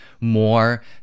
more